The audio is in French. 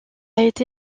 été